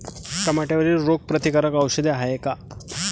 टमाट्यावरील रोग प्रतीकारक औषध हाये का?